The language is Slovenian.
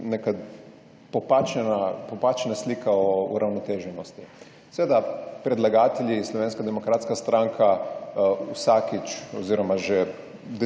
neka popačena slika o uravnoteženosti. Seveda predlagatelji Slovenska demokratska stranka vsakič oziroma že